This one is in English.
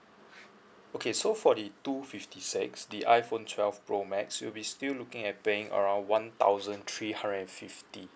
okay so for the two fifty six the iPhone twelve pro max you'll be still looking at paying around one thousand three hundred and fifty